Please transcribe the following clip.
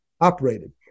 operated